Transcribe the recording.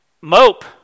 mope